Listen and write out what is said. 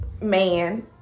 man